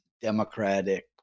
Democratic